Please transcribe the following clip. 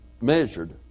measured